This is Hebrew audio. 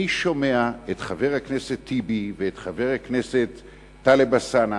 אני שומע את חבר הכנסת טיבי ואת חבר הכנסת טלב אלסאנע